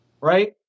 right